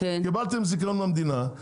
קיבלתם זיכיון מהמדינה,